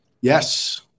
Yes